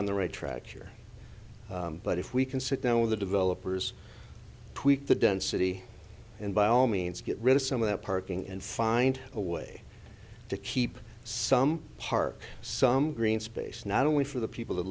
on the right track sure but if we can sit down with the developers tweak the density and by all means get rid of some of that parking and find a way to keep some park some green space not only for the people